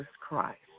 Christ